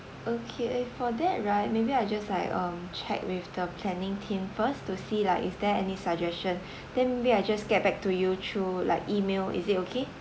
okay eh for that right maybe I'll just like um check with the planning team first to see like is there any suggestion then may be I just get back to you through like email is it okay